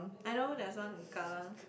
I know there's one in kallang